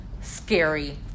scary